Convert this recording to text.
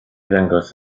ddangos